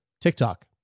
TikTok